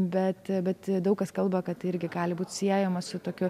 bet bet daug kas kalba kad irgi gali būt siejama su tokiu